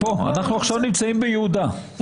אנחנו עכשיו נמצאים ביהודה,